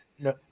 no